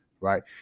right